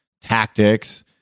tactics